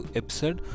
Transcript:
episode